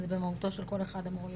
זה במהותו של כל אחד אמור להיות,